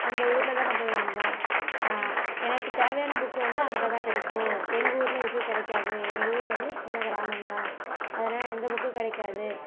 அந்த ஊரில் தான் நான் போய் வாங்குவேன் எனக்கு தேவையான புக்கு வந்து அங்கே தான் கிடைக்கும் எங்கள் ஊரில் எதுவும் கிடைக்காது எங்கள் ஊர் வந்து சின்ன கிராமம் தான் அதனால எந்த புக்கும் கிடைக்காது